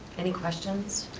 any questions?